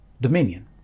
dominion